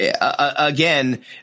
again